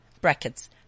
brackets